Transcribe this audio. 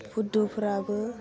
बुध्दुफ्राबो